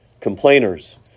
complainers